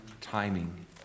timing